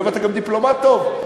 ואתה גם דיפלומט טוב,